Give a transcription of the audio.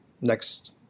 next